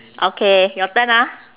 okay your turn ah